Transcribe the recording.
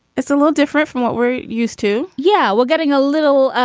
it's a little different from what we're used to. yeah well, getting a little